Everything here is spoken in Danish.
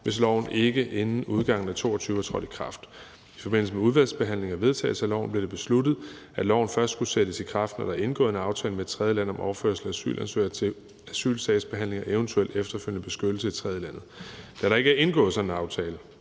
i kraft inden udgangen af 2022. I forbindelse med udvalgsbehandlingen og vedtagelsen af loven blev det besluttet, at loven først skulle sættes i kraft, når der er indgået en aftale med et tredjeland om overførsel af asylansøgere til asylsagsbehandling og eventuel efterfølgende beskyttelse i tredjelandet. Da der ikke er indgået en sådan aftale,